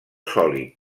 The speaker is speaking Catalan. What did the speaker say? sòlid